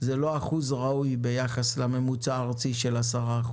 שזה לא אחוז ראוי ביחס לממוצע של 10%